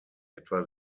etwa